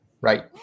right